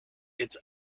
its